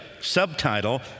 subtitle